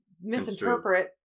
misinterpret